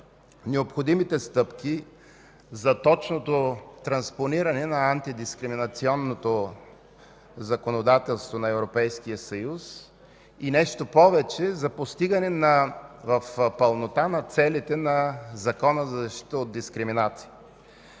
необходимите стъпки за точното транспониране на антидискриминационното законодателство на Европейския съюз и нещо повече – за постигане в пълнота на целите на Закона за защита от дискриминация.